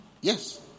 Yes